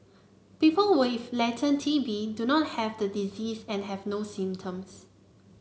people with latent T B do not have the disease and have no symptoms